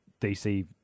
DC